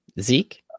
Zeke